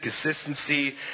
consistency